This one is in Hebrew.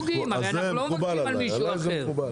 הרי אנחנו לא מבקשים משהו שהוא נגד מישהו אחר.